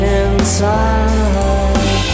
inside